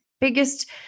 biggest